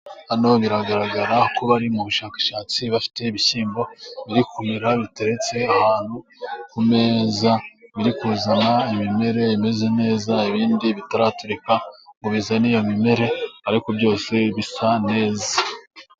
Hano biragaragara ko bari mu bushakashatsi ,bafite ibishyimbo biri kumera biteretse ahantu ku meza ,biri kuzana imimeri imeze neza, ibindi bitaraturika ngo bizane iyo mimereri ,ariko byose bisa neza.